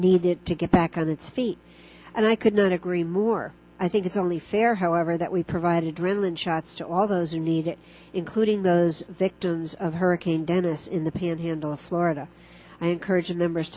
needed to get back on its feet and i couldn't agree more i think it's only fair however that we provided driveline shots to all those who need it including those victims of hurricane dennis in the panhandle of florida the courage of members